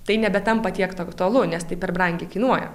tai nebetampa tiek tok aktualu nes tai per brangiai kainuoja